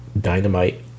Dynamite